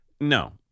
No